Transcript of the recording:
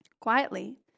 Quietly